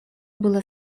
было